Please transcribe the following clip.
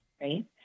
right